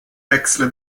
wechsle